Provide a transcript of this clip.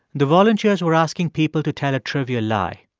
the volunteers were asking people to tell a trivial lie.